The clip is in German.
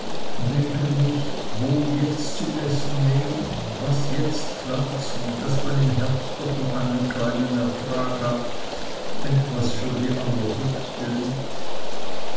denken muß wo jetzt zu essen nehmen was jetzt pflanzen daß man im herbst doch noch einen kleinen ertrag hat etwas für die allerhöchste not